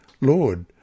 Lord